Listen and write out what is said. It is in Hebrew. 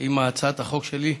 עם הצעת החוק שלי,